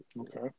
Okay